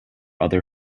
other